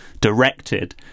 directed